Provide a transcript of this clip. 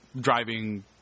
driving